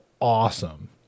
awesome